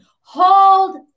hold